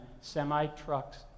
semi-trucks